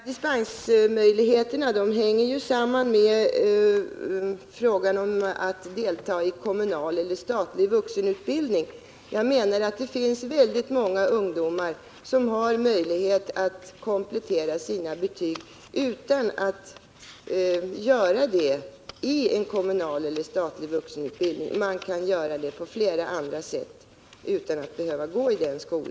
Herr talman! Dispensmöjligheterna hänger samman med frågan om att delta i kommunal eller statlig vuxenutbildning. Men jag menar att det finns väldigt många ungdomar som har möjlighet att komplettera sina betyg utan att delta i sådan utbildning. Man kan göra detta på flera andra sätt.